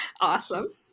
Awesome